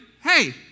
hey